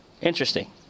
Interesting